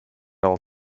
all